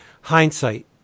hindsight